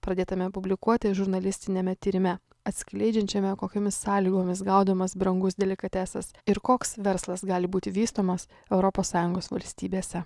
pradėtame publikuoti žurnalistiniame tyrime atskleidžiančiame kokiomis sąlygomis gaudomas brangus delikatesas ir koks verslas gali būti vystomas europos sąjungos valstybėse